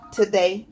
today